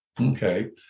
Okay